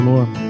Lord